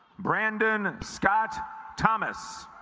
brandon scott thomas